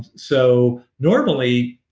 so, normally,